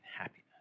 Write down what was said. happiness